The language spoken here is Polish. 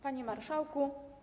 Panie Marszałku!